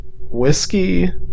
whiskey